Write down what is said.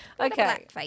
Okay